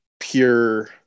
Pure